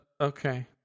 Okay